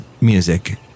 Music